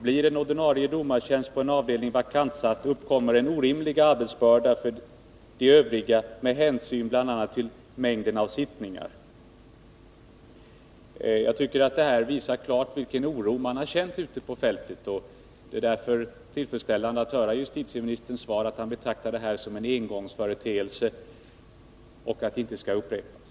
Blir en ordinarie domartjänst på en avdelning vakantsatt uppkommer en orimlig arbetsbörda för de övriga med hänsyn Jag tycker att det här klart visar vilken oro man har känt ute på fältet. Det är därför tillfredsställande att höra justitieministerns svar, att han betraktar det här som en engångsföreteelse och att det inte skall upprepas.